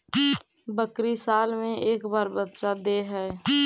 बकरी साल मे के बार बच्चा दे है?